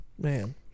Man